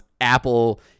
apple